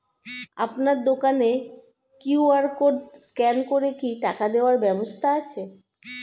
আপনার দোকানে QR code scan করে কি টাকা দেওয়ার ব্যবস্থা আছে?